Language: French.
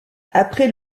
après